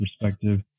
perspective